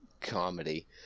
comedy